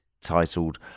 titled